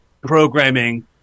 programming